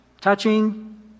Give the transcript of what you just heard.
touching